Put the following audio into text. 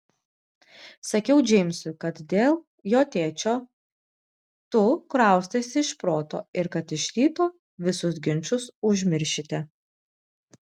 sakiau džeimsui kad dėl jo tėčio tu kraustaisi iš proto ir kad iš ryto visus ginčus užmiršite